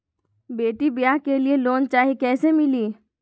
बेटी ब्याह के लिए लोन चाही, कैसे मिली?